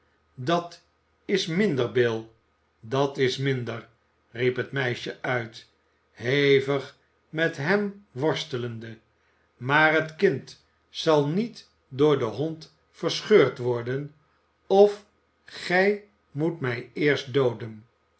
dat is minder bill dat is minder riep het meisje uit hevig met hem worstelende maar het kind zal niet door den hond verscheurd worden of gij moet mij eerst dooden